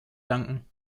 danken